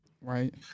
Right